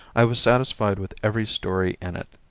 i was satisfied with every story in it.